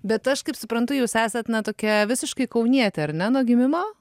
bet aš kaip suprantu jūs esat tokia visiškai kaunietė ar ne nuo gimimo